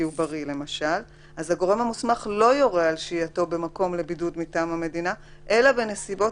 אז הגורם המוסמך לא יורה על שהייתו במקום לבידוד מטעם המדינה אלא בנסיבות